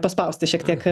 paspausti šiek tiek